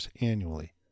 annually